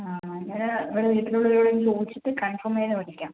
ആ ആ എങ്ങനെയാണ് നമ്മള് വീട്ടിൽ ഉള്ളവരോട് ഒന്ന് ചോദിച്ചിട്ട് കൺഫേം ചെയ്ത് വിളിക്കാം